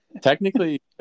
Technically